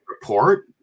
report